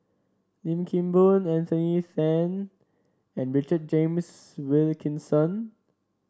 Lim Kim Boon Anthony Then and Richard James Wilkinson